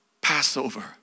Passover